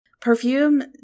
Perfume